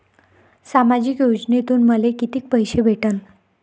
सामाजिक योजनेतून मले कितीक पैसे भेटन?